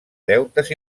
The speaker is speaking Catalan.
deutes